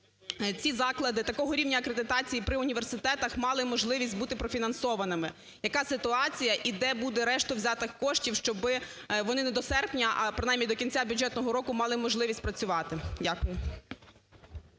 ці заклади такого рівня акредитації при університетах мали можливість бути профінансованими. Яка ситуація і де буде решту взятих коштів, щоб вони не до серпня, а принаймні до кінця бюджетного року мали можливість працювати. Дякую.